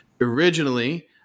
originally